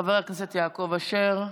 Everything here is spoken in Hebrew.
חבר הכנסת יעקב אשר.